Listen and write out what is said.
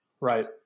Right